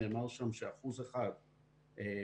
נאמר שם ש-1% מהפטנטים